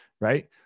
Right